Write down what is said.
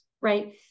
Right